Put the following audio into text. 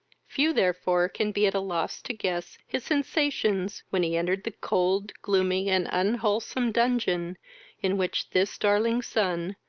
few therefore can be at a loss to guess his sensations when he entered the cold, gloomy, and unwholesome dungeon in which this darling son,